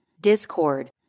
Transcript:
Discord